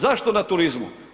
Zašto na turizmu?